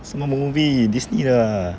什么 movie disney 的 ah